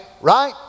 right